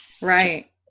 Right